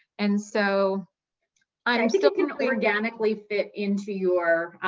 and so i um think it can organically fit into your,